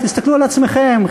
תסתכלו על עצמכם,